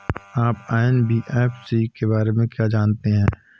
आप एन.बी.एफ.सी के बारे में क्या जानते हैं?